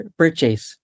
purchase